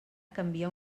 canvia